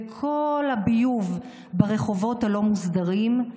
וכל הביוב ברחובות הלא-מוסדרים,